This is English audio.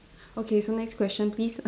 okay so next question please